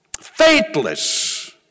Faithless